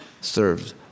served